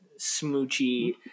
smoochy